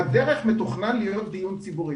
בדרך מתוכנן להיות דיון ציבורי.